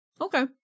Okay